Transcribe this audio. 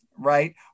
Right